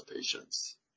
patients